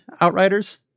outriders